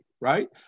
right